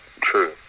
true